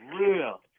real